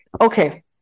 okay